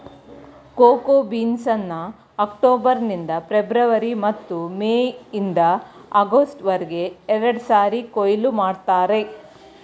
cocoa ಬೀನ್ಸ್ನ October ನಿಂದ February ಮತ್ತು ಮೇ ಇಂದ ಆಗಸ್ಟ್ ವರ್ಗೆ ಎರಡ್ಸಾರಿ ಕೊಯ್ಲು ಮಾಡ್ತರೆ